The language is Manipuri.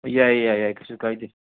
ꯌꯥꯏꯌꯦ ꯌꯥꯏꯌꯦ ꯌꯥꯏ ꯀꯩꯁꯨ ꯀꯥꯏꯗꯦ